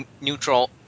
neutral